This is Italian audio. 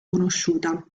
conosciuta